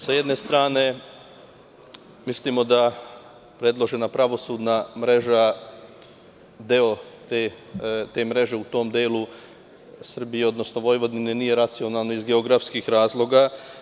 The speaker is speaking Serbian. Sa jedne strane, mislimo da predložena pravosudna mreža, deo te mreže u tom delu Srbije, odnosno Vojvodine, nije racionalna iz geografskih razloga.